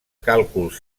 càlculs